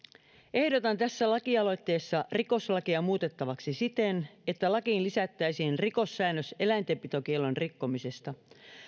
ehdotan tässä laki aloitteessa rikoslakia muutettavaksi siten että lakiin lisättäisiin rikossäännös eläintenpitokiellon rikkomisesta